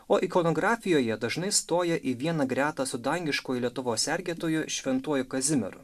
o ikonografijoje dažnai stoja į vieną gretą su dangiškuoju lietuvos sergėtoju šventuoju kazimieru